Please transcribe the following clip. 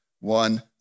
one